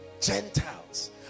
Gentiles